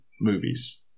movies